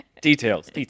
Details